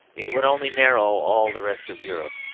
it would only narrow all the rest of europe,